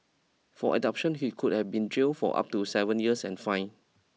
for abduction he could have been jailed for up to seven years and fined